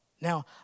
Now